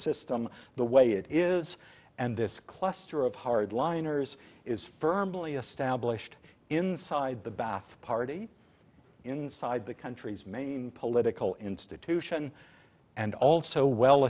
system the way it is and this cluster of hardliners is firmly established inside the bath party inside the country's main political institution and also well